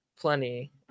plenty